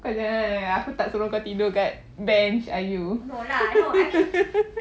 kau jangan aku tak suruh kau tidur dekat bench !aiyo!